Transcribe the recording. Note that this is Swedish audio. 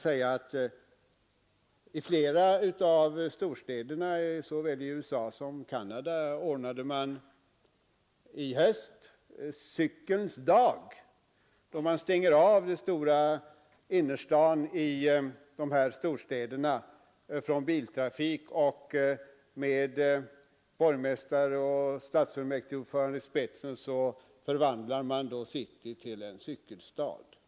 I flera av storstäderna i såväl USA som Canada anordnar man i höst Cykelns dag, då man stänger av innerstaden från biltrafik och med borgmästare och stadsfullmäktigeordförande i spetsen förvandlar city till en cykelstad.